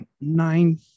nine